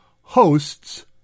hosts